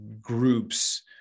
groups